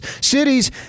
cities